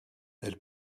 elle